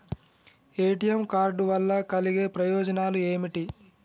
ATM card వల్ల కలిగే ప్రయోజనాలు ఏమిటి?